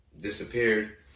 disappeared